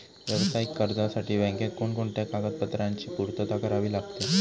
व्यावसायिक कर्जासाठी बँकेत कोणकोणत्या कागदपत्रांची पूर्तता करावी लागते?